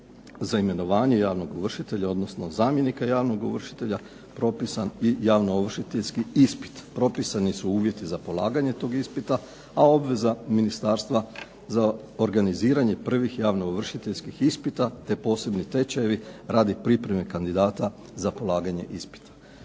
za imenovanje javnog ovršitelja, odnosno zamjenika javnog ovršitelja, propisan i javnoovršiteljski ispit. Propisani su uvjeti za polaganje tog ispita a obveza ministarstva za organiziranje prvih javnoovršiteljskih ispita te posebni tečajevi radi pripreme kandidata za polaganje ispita.